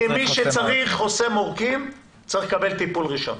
כי מי שצריך חוסם עורקים, צריך לקבל טיפול ראשון.